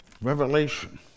Revelation